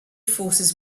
forces